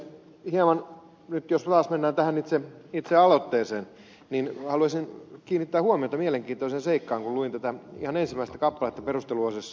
hieman jos nyt taas mennään tähän itse aloitteeseen haluaisin kiinnittää huomiota mielenkiintoiseen seikkaan kun luin tätä ihan ensimmäistä kappaletta perusteluosassa